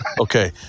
Okay